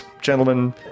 gentlemen